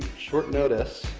short notice.